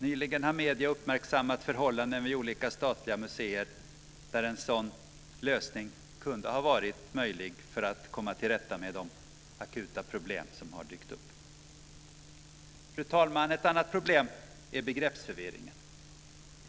Nyligen har medierna uppmärksammat förhållanden vid olika statliga museer där en sådan lösning kunde ha varit möjlig; då hade man kunnat komma till rätta med de akuta problem som har dykt upp. Fru talman! Ett annat problem är begreppsförvirringen.